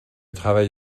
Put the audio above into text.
travail